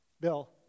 Bill